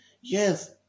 yes